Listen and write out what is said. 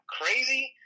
crazy